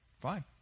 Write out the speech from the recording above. fine